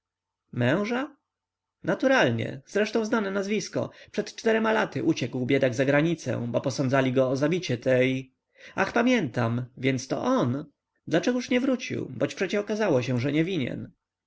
męża naturalnie zresztą znane nazwisko przed czterema laty uciekł biedak za granicę bo posądzali go o zabicie tej ach pamiętam więcto on dlaczegóż nie wrócił boć przecie okazało się że nie winien